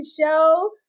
Show